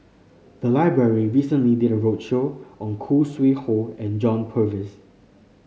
the library recently did a roadshow on Khoo Sui Hoe and John Purvis